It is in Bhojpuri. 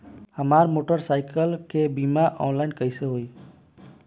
हमार मोटर साईकीलके बीमा ऑनलाइन कैसे होई?